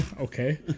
okay